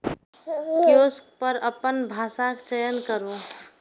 kiosk पर अपन भाषाक चयन करू